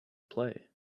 play